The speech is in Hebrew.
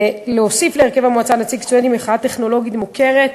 להוסיף להרכב המועצה נציג סטודנטים ממכללה טכנולוגית מוכרת,